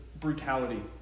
brutality